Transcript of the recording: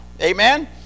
amen